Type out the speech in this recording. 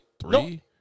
three